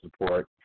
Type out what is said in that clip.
support